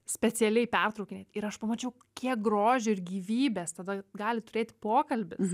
specialiai pertraukinėt ir aš pamačiau kiek grožio ir gyvybės tada gali turėti pokalbis